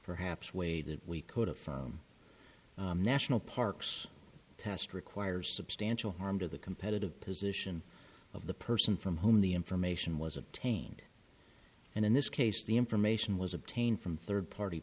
perhaps way that we could have national parks test requires substantial harm to the competitive position of the person from whom the information was obtained and in this case the information was obtained from third party